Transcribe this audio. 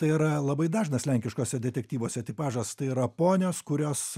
yra labai dažnas lenkiškuose detektyvuose tipažas tai yra ponios kurios